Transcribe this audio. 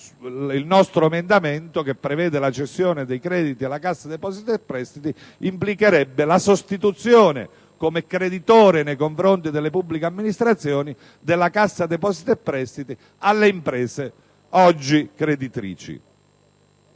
il nostro emendamento, che prevede la cessione dei crediti alla Cassa depositi e prestiti, implicherebbe la sostituzione come creditore nei confronti delle pubbliche amministrazioni della Cassa depositi e prestiti alle imprese oggi creditrici.